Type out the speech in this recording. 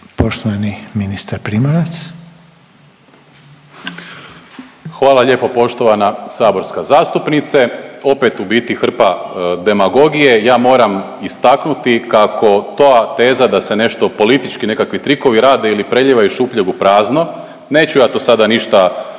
Poštovani ministar Primorac. **Primorac, Marko** Hvala lijepo poštovana saborska zastupnice. Opet u biti hrpa demagogije, ja moram istaknuti kako ta teza da se politički nekakvi trikovi rade ili prelijeva šuplje u prazno neću ja to sada ništa